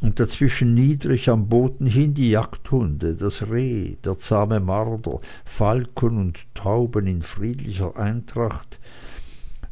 und dazwischen niedrig am boden hin die jagdhunde das reh der zahme marder falken und tauben in friedlicher eintracht